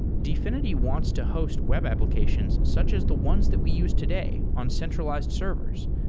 dfinity wants to host web applications such as the ones that we use today on centralized servers.